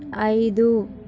ఐదు